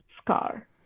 scar